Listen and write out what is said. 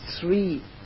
three